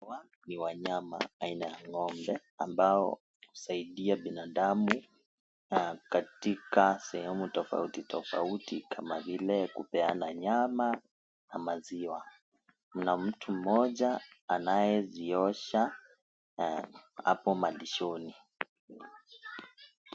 Ni wanyama aina ya ng'ombe ambao husaidia binadamu katika sehemu tofauti tofauti kama vile kupeana nyama na maziwa kuna mtu mmoja anyeziosha hapo malishoni.